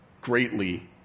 greatly